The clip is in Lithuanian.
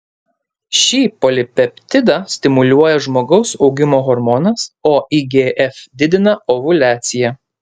šį polipeptidą stimuliuoja žmogaus augimo hormonas o igf didina ovuliaciją